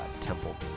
temple